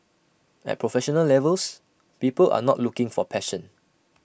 at professional levels people are not looking for passion